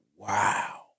Wow